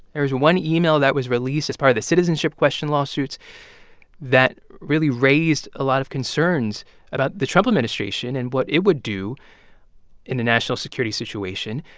here's one email that was released as part of the citizenship question lawsuits that really raised a lot of concerns about the trump administration and what it would do in a national security situation.